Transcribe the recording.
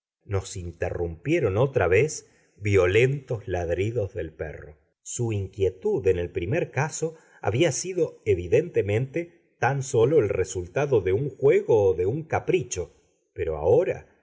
nos interrumpieron otra vez violentos ladridos del perro su inquietud en el primer caso había sido evidentemente tan sólo el resultado de un juego o de un capricho pero ahora